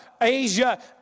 Asia